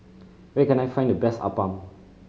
where can I find the best appam